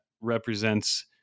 represents